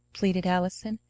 pleaded allison,